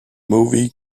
movie